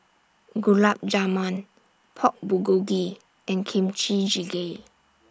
Gulab Jamun Pork Bulgogi and Kimchi Jjigae